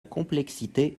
complexité